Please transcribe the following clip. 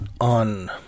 on